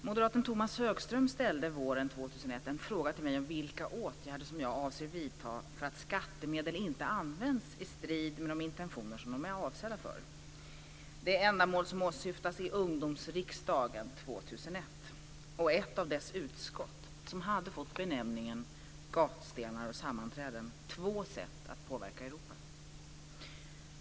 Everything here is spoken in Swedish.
Fru talman! Tomas Högström ställde våren 2001 en fråga till mig om vilka åtgärder jag avser vidta för att skattemedel inte används i strid med de intentioner som de är avsedda för. Det ändamål som åsyftas är Europa.